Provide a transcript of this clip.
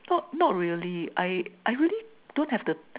no not really I I really don't have the